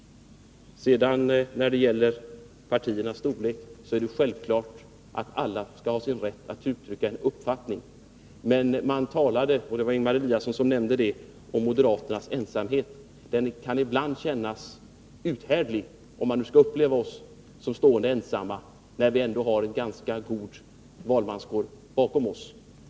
När det gäller partiernas storlek är det självklart att alla skall ha sin rätt att uttrycka en uppfattning. Men Ingemar Eliasson nämnde moderaternas ensamhet. Den kan ibland kännas uthärdlig, om man nu skall uppleva oss som stående ensamma, när vi ändå har en ganska god valmanskår bakom oss.